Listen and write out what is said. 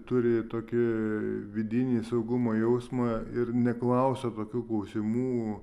turi tokį vidinį saugumo jausmą ir neklausia tokių klausimų